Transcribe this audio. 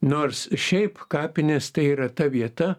nors šiaip kapinės tai yra ta vieta